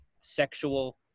sexual